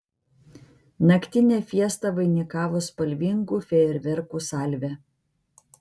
naktinę fiestą vainikavo spalvingų fejerverkų salvė